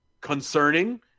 concerning